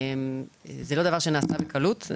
זה לא דבר שנעשה בקלות,